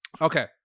okay